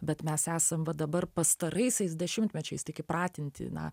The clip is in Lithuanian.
bet mes esam va dabar pastaraisiais dešimtmečiais tik įpratinti na